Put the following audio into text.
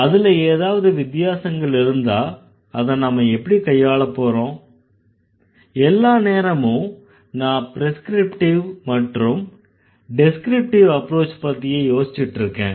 அதுல ஏதாவது வித்தியாசங்கள் இருந்தா அத நாம எப்படி கையாளப்போறோம் எல்லா நேரமும் நான் ப்ரெஸ்க்ரிப்டிவ் மற்றும் டெஸ்க்ரிப்டிவ் அப்ரோச் பத்தியே யோசிச்சுட்டுருக்கேன்